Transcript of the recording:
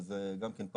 וגם כן,